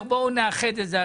ואומר: בואו נאחד את זה.